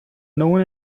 known